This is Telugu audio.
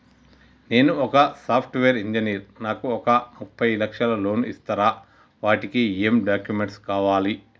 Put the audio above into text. నేను ఒక సాఫ్ట్ వేరు ఇంజనీర్ నాకు ఒక ముప్పై లక్షల లోన్ ఇస్తరా? వాటికి ఏం డాక్యుమెంట్స్ కావాలి?